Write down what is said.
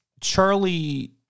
charlie